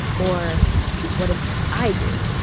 or what if i do?